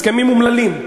הסכמים אומללים,